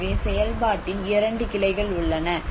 எனவே செயல்பாட்டின் 2 கிளைகள் உள்ளன